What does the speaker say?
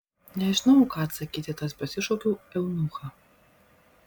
nežinojau ką atsakyti tad pasišaukiau eunuchą